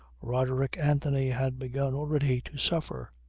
roderick anthony had begun already to suffer.